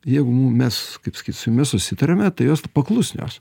jeigu mes kaip sakyt su jumis susitariame tai jos paklusnios